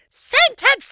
Sentence